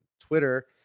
twitter